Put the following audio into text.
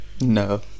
No